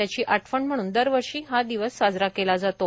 त्याची आठवण म्हणून दरवर्षी हा दिवस साजरा केला जातो